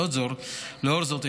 לאור זאת,